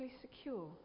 secure